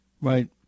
Right